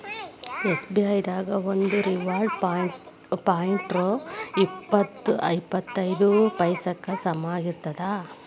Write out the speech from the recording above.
SBI ದಾಗ ಒಂದು reward point ರೊ ಇಪ್ಪತ್ ಐದ ಪೈಸಾಕ್ಕ ಸಮನಾಗಿರ್ತದ